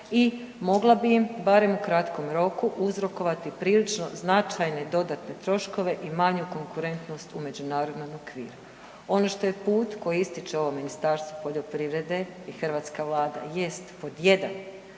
i mogla bi im barem u kratkom roku uzrokovati prilično značajne dodatne troškove i manju konkurentnost u međunarodnom okviru. Ono što je put koje ističe ovo Ministarstvo poljoprivrede i hrvatska vlada jest pod 1.